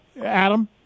Adam